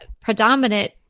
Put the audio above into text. predominant